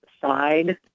side